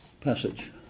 passage